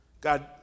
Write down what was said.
God